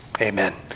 Amen